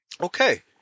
Okay